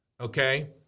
Okay